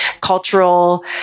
cultural